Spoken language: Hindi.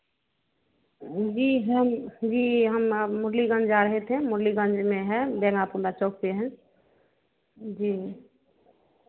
जी हम जी हम मुरलीगंज जा रहे थे मुरलीगंज में है देनापुला चौक पे हैं जी